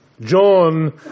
John